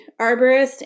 arborist